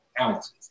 ounces